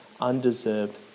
undeserved